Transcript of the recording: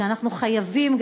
שאנחנו חייבים,